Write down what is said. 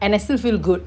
and I still feel good